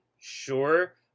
sure